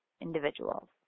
individuals